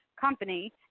Company